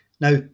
Now